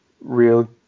real